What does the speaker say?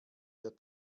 der